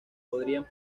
podrían